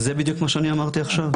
אבל זה בדיוק מה שאני אמרתי עכשיו,